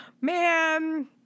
Man